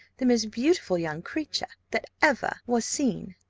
the most beautiful young creature that ever was seen,